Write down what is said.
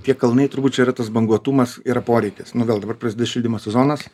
tie kalnai turbūt čia yra tas banguotumas yra poreikis nu gal dabar prasidės šildymo sezonas